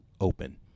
open